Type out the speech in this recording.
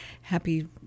happy